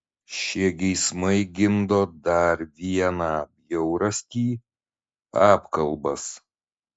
šie geismai gimdo dar vieną bjaurastį apkalbas